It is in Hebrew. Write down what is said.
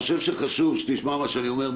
שחשוב שתשמע את מה שאני אומר,